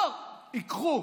לא, ייקחו.